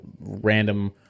random